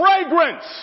fragrance